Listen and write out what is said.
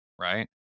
right